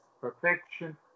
perfection